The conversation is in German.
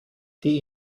die